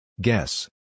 Guess